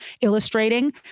illustrating